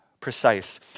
precise